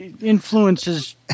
influences